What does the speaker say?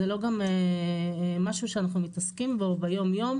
זה גם לא משהו שאנחנו מתעסקים בו ביום יום,